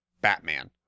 Batman